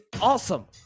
awesome